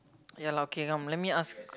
ya lah okay come let me ask